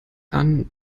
dann